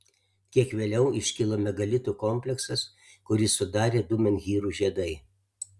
kiek vėliau iškilo megalitų kompleksas kurį sudarė du menhyrų žiedai